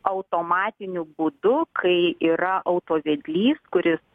automatiniu būdu kai yra auto vedlys kuris